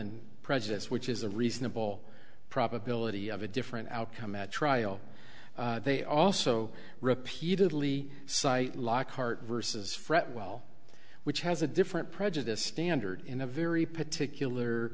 and prejudice which is a reasonable probability of a different outcome at trial they also repeatedly cite lockhart versus frett well which has a different prejudice standard in a very particular